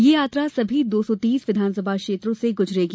यह यात्रा सभी दो सौ तीस विधानसभा क्षेत्रों से गुजरेगी